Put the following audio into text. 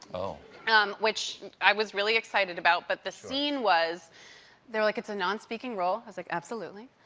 um which i was really excited about. but the scene was they were like it's a nonspeaking role. i was like, absolutely.